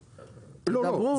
תדברו.